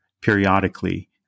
periodically